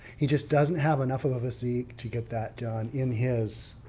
he just doesn't have enough of a seek to get that done in his.